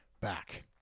back